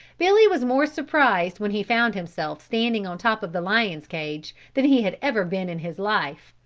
billy was more surprised when he found himself standing on top of the lion's cage than he had ever been in his life,